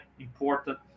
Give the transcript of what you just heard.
important